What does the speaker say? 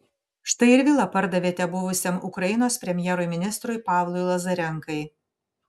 štai ir vilą pardavėte buvusiam ukrainos premjerui ministrui pavlui lazarenkai